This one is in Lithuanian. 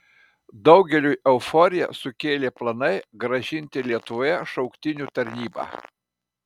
daugeliui euforiją sukėlė planai grąžinti lietuvoje šauktinių tarnybą